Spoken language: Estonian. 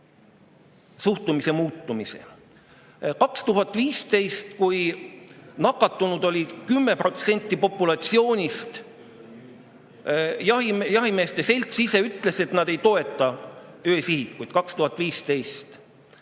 suhtumise muutumise. 2015, kui nakatunud oli 10% populatsioonist, ütles jahimeeste selts, et nad ei toeta öösihikuid.